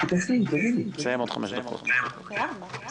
בבקשה.